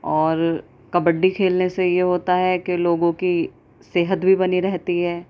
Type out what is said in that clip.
اور کبڈی کھیلنے سے یہ ہوتا ہے کہ لوگوں کی صحت بھی بنی رہتی ہے